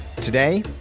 Today